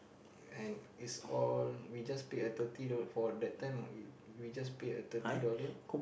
and is all we just paid a thirty dollars for that time we we just paid a thirty dollars